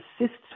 assists